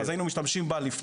אז היינו משתמשים בה לפני,